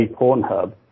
Pornhub